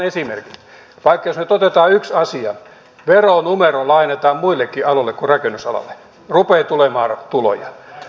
jos nyt otetaan yksi asia eli veronumero lainataan muillekin aloille kuin rakennusalalle rupeaa tulemaan tuloja